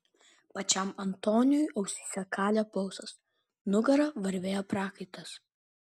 pačiam antoniui ausyse kalė pulsas nugara varvėjo prakaitas